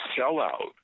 sellout